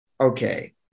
Okay